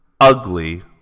ugly